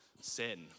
sin